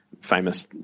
famous